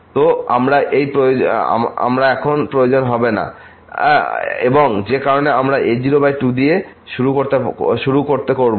তো এই আমরা এখন প্রয়োজন হবে না এবং যে কারণে আমরা a02 দিয়ে শুরু করতে করবো